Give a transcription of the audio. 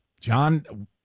John –